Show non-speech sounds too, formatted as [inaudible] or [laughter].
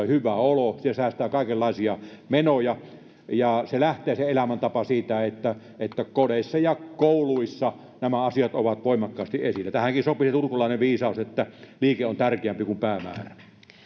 [unintelligible] hyvä olo siinä säästää kaikenlaisia menoja se elämäntapa lähtee siitä että että kodeissa ja kouluissa nämä asiat ovat voimakkaasti esillä tähänkin sopii turkulainen viisaus että liike on tärkeämpi kuin päämäärä